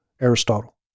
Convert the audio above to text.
Aristotle